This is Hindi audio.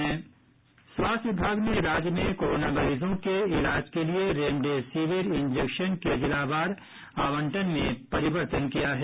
स्वास्थ्य विभाग ने राज्य में कोरोना मरीजों के इलाज के लिए रेमडेसिविर इंजेक्शन के जिलावार आवंटन में परिवर्तन किया है